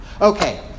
okay